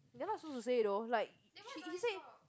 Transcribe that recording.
you're not supposed to say you know so like she he say